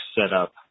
setup